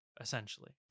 essentially